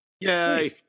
Yay